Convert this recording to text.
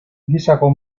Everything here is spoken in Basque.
gisako